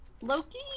Loki